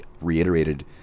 reiterated